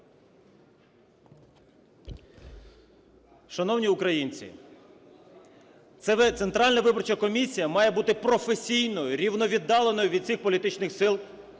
Шановні українці! Центральна виборча комісія має бути професійною, рівновіддаленою від усіх політичних сил